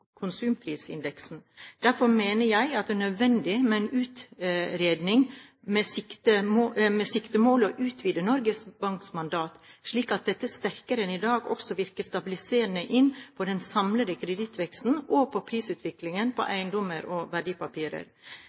konsumprisindeksen. Derfor mener jeg at det er nødvendig med en utredning med det siktemål å utvide Norges Banks mandat, slik at dette sterkere enn i dag også virker stabiliserende inn på den samlede kredittveksten og på prisutviklingen på eiendommer og verdipapirer.